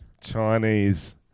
Chinese